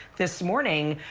this morning,